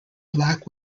black